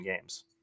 games